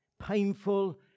painful